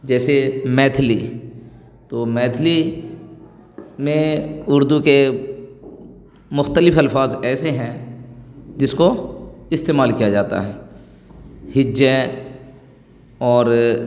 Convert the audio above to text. جیسے میتھلی تو میتھلی میں اردو کے مختلف الفاظ ایسے ہیں جس کو استعمال کیا جاتا ہے ہجہ اور